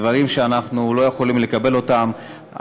דברים שאנחנו לא יכולים לקבל אותם.